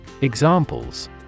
Examples